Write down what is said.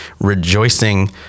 rejoicing